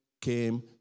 came